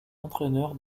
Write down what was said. entraîneur